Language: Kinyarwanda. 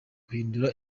guhindura